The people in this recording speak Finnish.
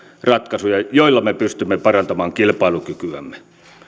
ratkaisuja joilla me pystymme parantamaan kilpailukykyämme